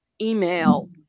email